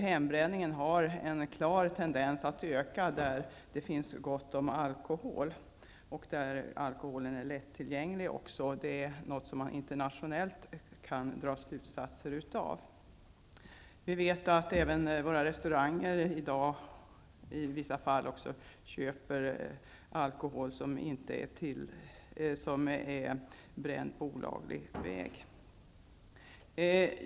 Hembränningen har en klar tendens att öka där det finns gott om alkohol och där alkoholen är lättillgänglig. Det kan man dra slutsatser av från internationella undersökningar. Vi vet att även restauranger i dag vissa fall köper alkohol som är bränd på olaglig väg.